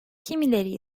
kimileri